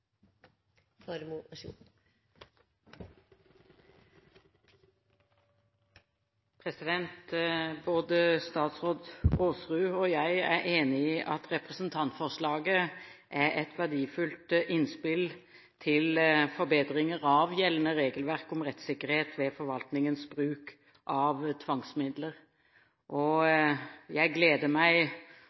at representantforslaget er et verdifullt innspill til forbedringer av gjeldende regelverk om rettssikkerhet ved forvaltningens bruk av tvangsmidler. Jeg gleder meg